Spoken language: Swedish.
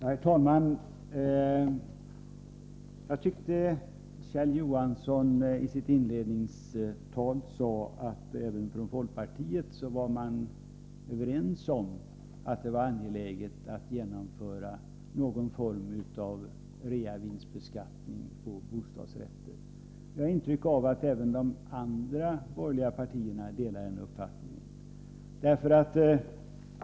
Herr talman! Jag tyckte att Kjell Johansson i sitt inledningsanförande sade att man även från folkpartiets sida var överens med oss om att det var angeläget att genomföra någon form av reavinstbeskattning på bostadsrätter. Jag hade ett intryck av att även de andra borgerliga partierna delade den uppfattningen.